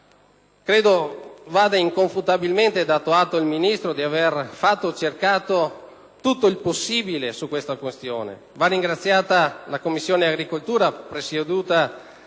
Credo vada inconfutabilmente dato atto al Ministro di aver fatto tutto il possibile su tale questione. Va ringraziata la Commissione agricoltura, presieduta